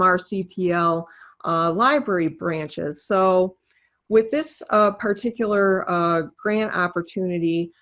um mrcpl library branches. so with this particular grant opportunity,